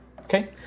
okay